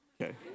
Okay